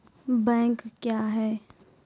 Bank क्या हैं?